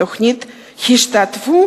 בתוכנית השתתפו